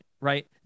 right